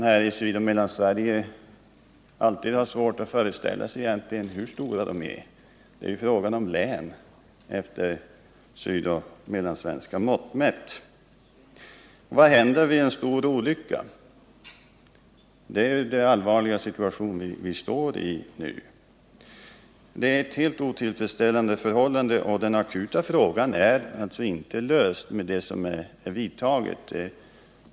Här i Sydoch Mellansverige har man alltid svårt att föreställa sig hur stora de är. Det är fråga om län, med sydoch mellansvenska mått mätt. Vad händer vid en stor olycka? Vi står då i en mycket allvarlig situation. Det är ett helt otillfredsställande förhållande. Det akuta problemet är inte löst i och med de åtgärder som har vidtagits.